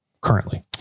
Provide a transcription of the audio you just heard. currently